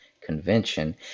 Convention